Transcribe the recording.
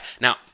Now